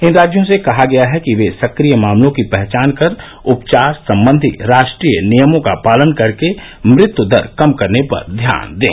इन राज्यों से कहा गया है कि वे सक्रिय मामलों की पहचान कर उपचार संबंधी राष्ट्रीय नियमों का पालन करके मृत्यु दर कम करने पर ध्यान दें